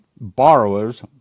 borrowers